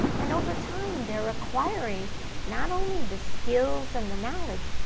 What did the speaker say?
and over time they're acquiring not only the skills and the knowledge,